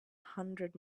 hundred